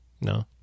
No